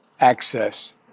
access